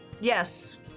yes